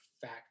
fact